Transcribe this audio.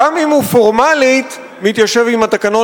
גם אם הוא פורמלית מתיישב עם התקנון,